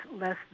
less